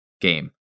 game